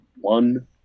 one